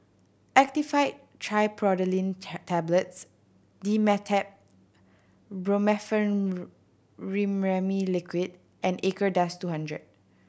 Actifed Triprolidine Tablets Dimetapp Brompheniramine Liquid and Acardust two hundred